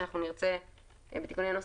שנרצה לעשות בתיקוני הנוסח,